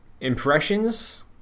impressions